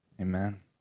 Amen